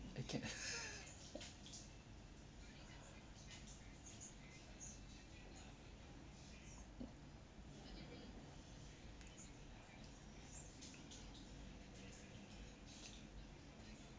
okay